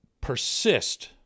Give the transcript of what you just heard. persist